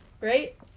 Right